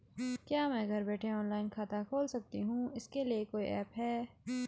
क्या मैं घर बैठे ऑनलाइन खाता खोल सकती हूँ इसके लिए कोई ऐप है?